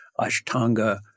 Ashtanga